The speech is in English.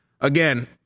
again